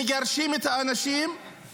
מגרשים את האנשים,